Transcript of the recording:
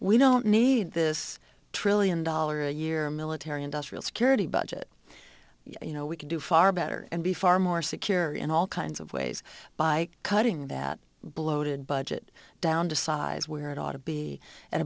we don't need this trillion dollar a year military industrial security budget you know we could do far better and be far more secure in all kinds of ways by cutting that bloated budget down to size where it ought to be at